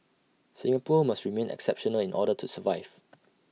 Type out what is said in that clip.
Singapore must remain exceptional in order to survive